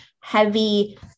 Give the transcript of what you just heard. heavy